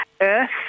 earth